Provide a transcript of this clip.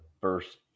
first